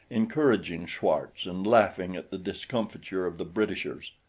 encouraging schwartz and laughing at the discomfiture of the britishers.